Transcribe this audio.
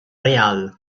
real